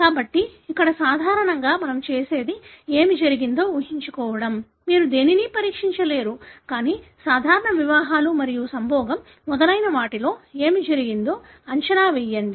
కాబట్టి ఇక్కడ సాధారణంగా మనం చేసేది ఏమి జరిగిందో ఊహించుకోవడం మీరు దేనినీ పరీక్షించలేరు కానీ సాధారణ వివాహాలు మరియు సంభోగం మొదలైన వాటిలో ఏమి జరిగిందో అంచనా వేయండి